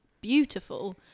beautiful